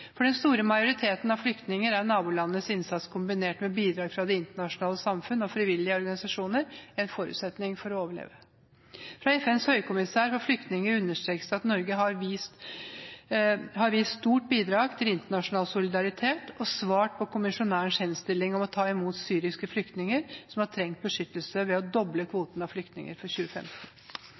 For den store majoriteten av flyktninger er nabolandenes innsats, kombinert med bidrag fra det internasjonale samfunn og frivillige organisasjoner, en forutsetning for å overleve. Fra FNs høykommissær for flyktninger understrekes det at Norge har gitt et stort bidrag til internasjonal solidaritet og svart på kommissærens henstilling om å ta imot syriske flyktninger som har trengt beskyttelse, ved å doble kvoten av flyktninger for 2015.